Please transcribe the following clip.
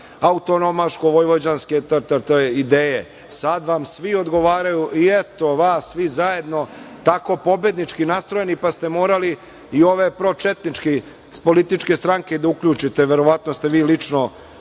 autonomaško-vojvođanske itd. ideje. Sad vam svi odgovaraju i eto vas svi zajedno tako pobednički nastrojeni pa ste morali i ove pročetničke iz političke stranke da uključite. Verovatno ste vi lično